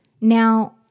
Now